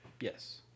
yes